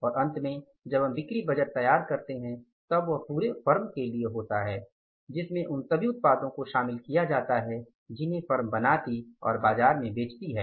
और अंत में जब हम बिक्री बजट तैयार करते हैं तब वह पुरे फर्म के लिए होता है जिसमें उन सभी उत्पादों को शामिल किया जाता है जिन्हें फर्म बनाती और बाजार में बेचती है